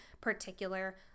particular